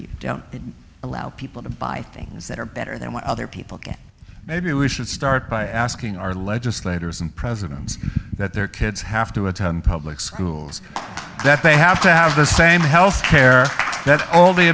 we don't allow people to buy things that are better than what other people get maybe we should start by asking our legislators and presidents that their kids have to attend public schools that they have to have the same health care thanks all the